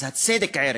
אז הצדק הוא ערך,